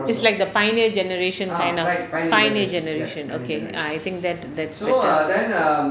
it's like the pioneer generation kind of pioneer generation okay I think that that's better